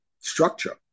Structure